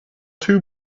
two